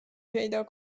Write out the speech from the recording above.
پیدا